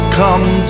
come